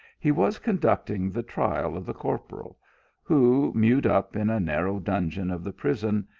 he was con ducting the trial of the corporal who, mewed up in a narrow dungeon of the prison,